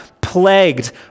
plagued